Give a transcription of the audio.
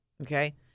Okay